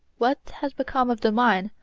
what has become of the mine,